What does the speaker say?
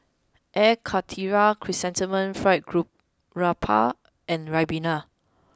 Air Karthira Chrysanthemum Fried Garoupa and Ribena